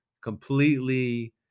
completely